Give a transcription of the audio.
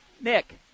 Nick